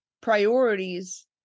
priorities